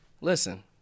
listen